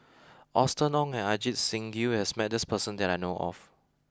Austen Ong and Ajit Singh Gill has met this person that I know of